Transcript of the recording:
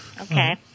Okay